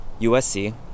USC